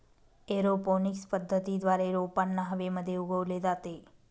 aeroponics पद्धतीद्वारे रोपांना हवेमध्ये उगवले जाते